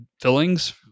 fillings